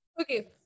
okay